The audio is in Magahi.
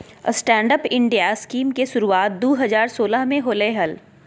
स्टैंडअप इंडिया स्कीम के शुरुआत दू हज़ार सोलह में होलय हल